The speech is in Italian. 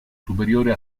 superiore